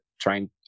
trying